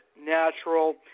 natural